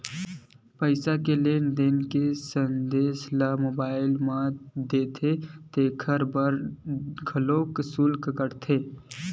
पईसा के लेन देन के संदेस ल मोबईल म देथे तेखर बर घलोक सुल्क काटथे